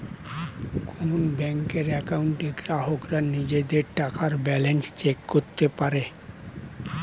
কোন ব্যাংকের অ্যাকাউন্টে গ্রাহকরা নিজেদের টাকার ব্যালান্স চেক করতে পারে